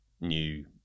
new